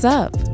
up